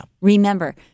Remember